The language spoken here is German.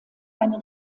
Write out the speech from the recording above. einen